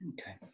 Okay